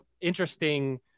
interesting